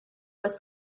was